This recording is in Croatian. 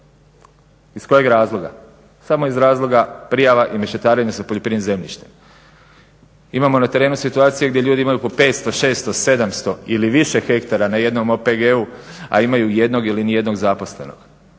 Iz kojeg razloga? Samo iz razloga prijava i mešetarenja sa poljoprivrednim zemljištem. Imamo na terenu situacije gdje ljudi imaju oko 500, 600, 700 ili više hektara na jednom OPG-u, a imaju jednog ili nijednog zaposlenika,